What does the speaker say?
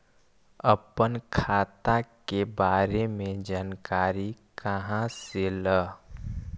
अपन खाता के बारे मे जानकारी कहा से ल?